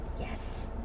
yes